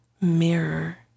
mirror